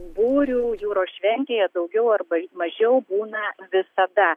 burių jūros šventėje daugiau arba mažiau būna visada